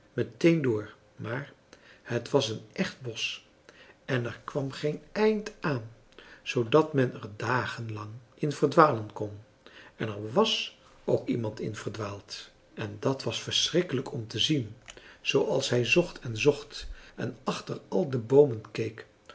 meteen dr maar het was een echt bosch en er kwam geen eind aan zoodat men er dagen lang in verdwalen kon en er wàs ook iemand in verdwaald en dat was verschrikkelijk om te zien zooals hij zocht en zocht en achter al de boomen